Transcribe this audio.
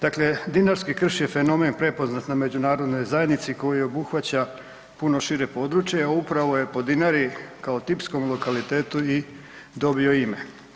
Dakle dinarski krš je fenomen prepoznat na međunarodnoj zajednici koji obuhvaća puno šire područje a upravo je po Dinari kao tipkom lokalitetu i dobio ime.